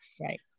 Right